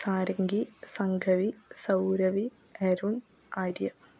Sarangi Sambhavi Saurabhi Arun Arya